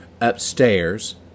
upstairs